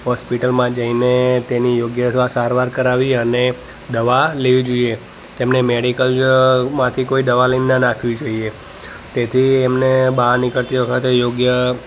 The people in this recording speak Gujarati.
હૉસ્પિટલમાં જઈને તેની યોગ્ય વા સારવાર કરાવવી અને દવા લેવી જોઈએ તેમને મૅડિકલમાંથી કોઈ દવા લઈને ના નાખવી જોઈએ તેથી એમને બહાર નીકળતી વખતે યોગ્ય